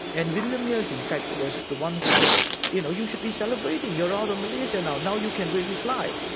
and winsemeers in fact was the one who said you know you should be celebrating, you're out of malaysia now. now you can really fly',